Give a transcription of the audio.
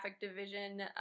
division